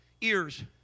ears